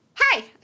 hi